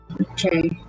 Okay